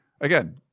again